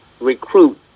recruit